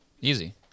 Easy